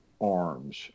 arms